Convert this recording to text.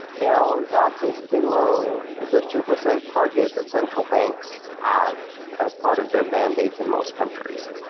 now, that is below the two percent target that central banks have as part of their mandate in most countries.